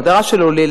או ההגדרה של עולה,